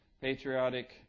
patriotic